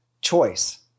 choice